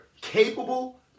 capable